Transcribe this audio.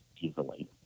easily